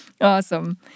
Awesome